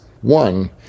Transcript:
One